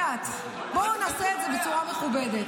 בחייאת, בואו נעשה את זה בצורה מכובדת.